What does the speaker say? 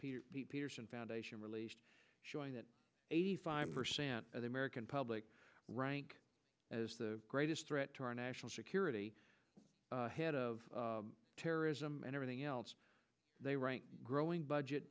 e foundation released showing that eighty five percent of the american public rank as the greatest threat to our national security head of terrorism and everything else they rank growing budget